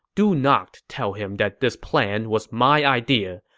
do not tell him that this plan was my idea.